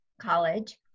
college